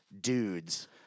dudes